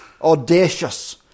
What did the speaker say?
audacious